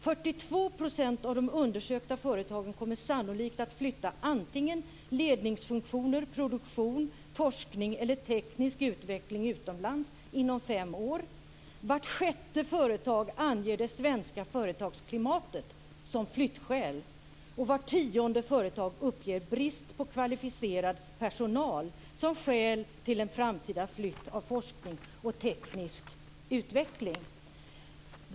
42 % av de undersökta företagen kommer sannolikt att flytta antingen ledningsfunktioner, produktion, forskning eller teknisk utveckling utomlands inom fem år. Vart sjätte företag anger det svenska företagsklimatet som flyttskäl, och vart tionde företag uppger brist på kvalificerad personal som skäl till en framtida flytt av forskning och teknisk utveckling.